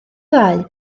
ddau